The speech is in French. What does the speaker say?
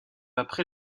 après